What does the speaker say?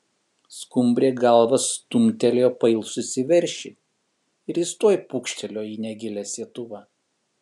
stumbrė galva stumtelėjo pailsusį veršį ir jis tuoj pūkštelėjo į negilią sietuvą